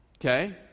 Okay